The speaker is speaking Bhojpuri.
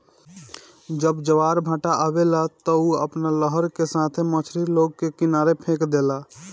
जब ज्वारभाटा आवेला त उ अपना लहर का साथे मछरी लोग के किनारे फेक देला